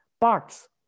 parts